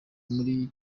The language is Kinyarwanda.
muri